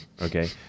Okay